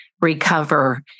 recover